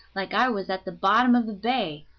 like i was at the bottom of the bay,